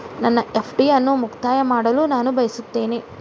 ನನ್ನ ಎಫ್.ಡಿ ಅನ್ನು ಮುಕ್ತಾಯ ಮಾಡಲು ನಾನು ಬಯಸುತ್ತೇನೆ